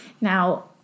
Now